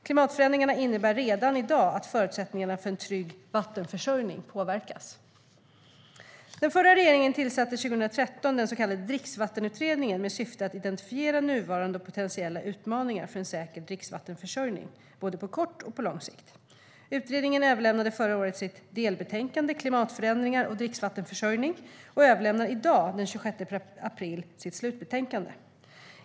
Klimatförändringarna innebär redan i dag att förutsättningarna för en trygg vattenförsörjning påverkas. och överlämnar i dag, den 26 april, sitt slutbetänkande.